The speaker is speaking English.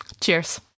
cheers